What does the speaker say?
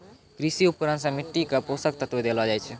कृषि उपकरण सें मिट्टी क पोसक तत्व देलो जाय छै